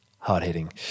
hard-hitting